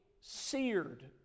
seared